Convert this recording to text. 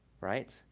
right